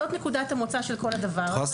זאת נקודת המוצא של כל הדבר הזה.